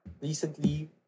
Recently